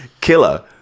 killer